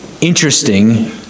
interesting